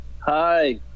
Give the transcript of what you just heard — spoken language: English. Hi